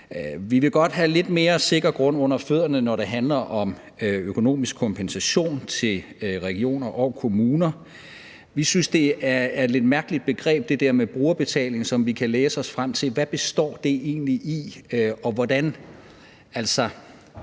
Vi vil godt have lidt mere sikker grund under fødderne, når det handler om økonomisk kompensation til regioner og kommuner. Vi synes, at det der med brugerbetaling er et lidt mærkeligt begreb, som vi kan læse os frem til. Hvad består det egentlig i, og hvordan